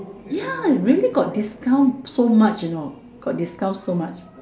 ya really got discount so much you know got discount so much